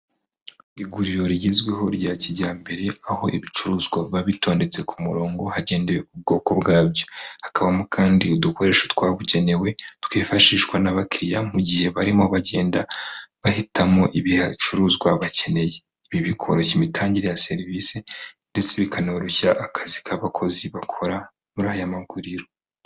Iguriro rigezweho rya kijyambere, aho ibicuruzwa biba bitondetse ku murongo hagendewe ku bwoko bwabyo. Hakabamo kandi udukoresho twabugenewe, twifashishwa n'abakiriya mu gihe barimo bagenda bahitamo ibicuruzwa bakeneye. Ibi bikoroshya imitangire ya serivisi ndetse bikanoroshya akazi k'abakozi bakora muri aya maguriro.